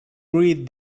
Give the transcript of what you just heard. read